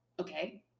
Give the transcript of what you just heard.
okay